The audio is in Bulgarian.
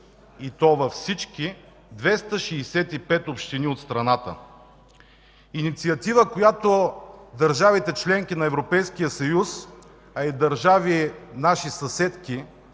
и то във всички 265 общини в страната. Инициатива, която държавите – членки на Европейския съюз, а и държави, наши съседки